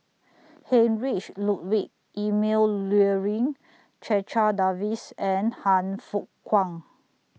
Heinrich Ludwig Emil Luering Checha Davies and Han Fook Kwang